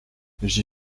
j’y